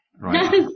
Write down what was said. right